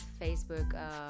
Facebook